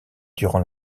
durant